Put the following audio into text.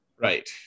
Right